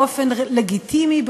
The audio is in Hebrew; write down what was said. באופן לגיטימי,